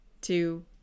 two